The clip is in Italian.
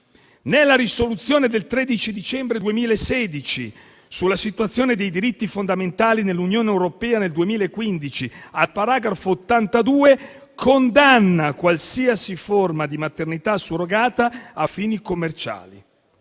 la risoluzione del 13 dicembre 2016 sulla situazione dei diritti fondamentali nell'Unione europea nel 2015 che, al paragrafo 82, condanna qualsiasi forma di maternità surrogata a fini commerciali.